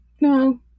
no